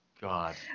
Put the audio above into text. God